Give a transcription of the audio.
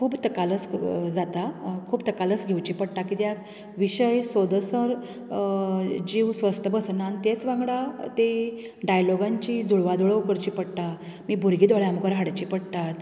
खूब तकालस जाता खूब तकालस घेवची पडटा कित्याक विशय सोदसर जीव स्वस्त बसना आनी तेच वांगडा तें डायलॉगांची जुळवा जुळव करची पडटा आनी भुरगीं दोळ्या मुखार हाडची पडटात